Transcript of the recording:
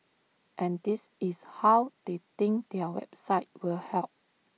and this is how they think their website will help